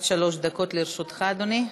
עד שלוש דקות לרשותך, אדוני.